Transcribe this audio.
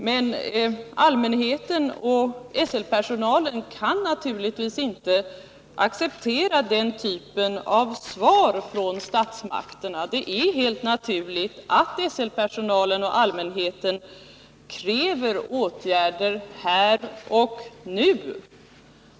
Men allmänheten och SL-personalen kan naturligtvis inte acceptera den här typen av svar från statsmakterna. Det är helt naturligt att SL-personalen och allmänheten kräver åtgärder här och nu.